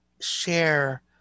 share